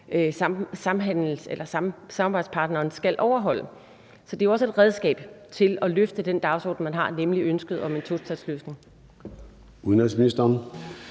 samarbejdspartneren skal overholde. Så det er jo også et redskab til at løfte den dagsorden, man har, nemlig ønsket om en tostatsløsning.